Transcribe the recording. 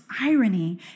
irony